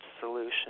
solution